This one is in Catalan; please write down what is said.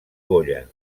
goya